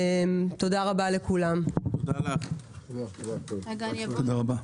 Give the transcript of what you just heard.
תודה רבה לכולם, הישיבה נעולה.